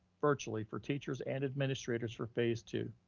virtually for teachers and administration for phase two.